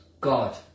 God